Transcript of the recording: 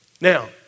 Now